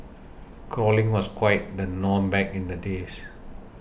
crawling was quite the norm back in the days